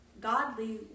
godly